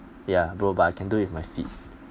ya bro but I can do it with my feet